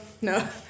No